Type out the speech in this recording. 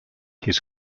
his